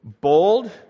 Bold